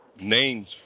names